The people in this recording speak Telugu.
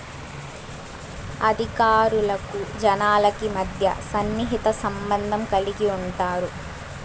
అధికారులకు జనాలకి మధ్య సన్నిహిత సంబంధం కలిగి ఉంటారు